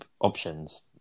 options